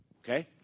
Okay